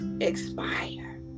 expire